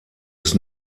ist